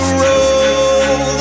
roll